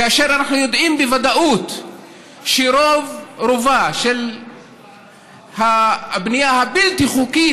כאשר אנחנו יודעים בוודאות שרוב-רובה של הבנייה הבלתי-חוקית,